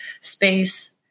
space